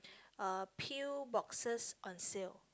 uh pill boxes on sale